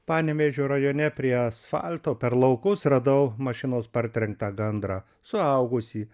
panevėžio rajone prie asfalto per laukus radau mašinos partrenktą gandrą suaugusį